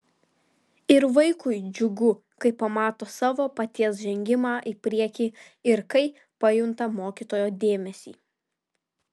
ir vaikui džiugu kai pamato savo paties žengimą į priekį ir kai pajunta mokytojo dėmesį